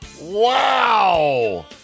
Wow